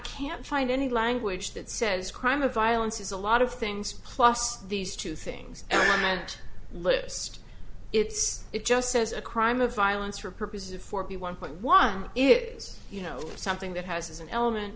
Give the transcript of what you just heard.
can't find any language that says crime of violence is a lot of things plus these two things and i don't list it's it just says a crime of violence for purposes of four b one point one is you know something that has an element